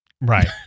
right